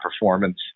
performance